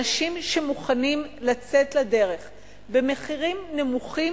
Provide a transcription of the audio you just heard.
אנשים שמוכנים לצאת לדרך במחירים נמוכים,